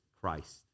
Christ